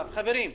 חברים,